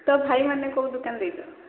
ତୋ ଭାଇମାନେ କୋଉ ଦୋକାନ ଦେଇଛନ୍ତି